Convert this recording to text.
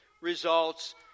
results